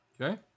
Okay